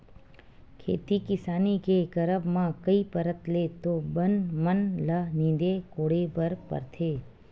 खेती किसानी के करब म कई परत ले तो बन मन ल नींदे कोड़े बर परथे